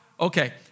okay